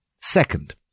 Second